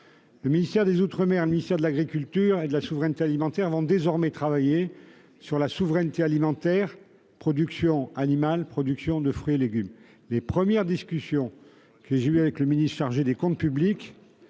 Le ministère des outre-mer et le ministère de l'agriculture et de la souveraineté alimentaire vont désormais travailler sur la souveraineté alimentaire à travers la production animale et la production de fruits et légumes. Les premières discussions que j'ai eues avec le ministre chargé des comptes publics,